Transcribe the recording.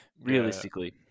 realistically